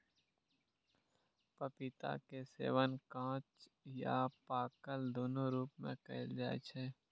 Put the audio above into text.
पपीता के सेवन कांच आ पाकल, दुनू रूप मे कैल जाइ छै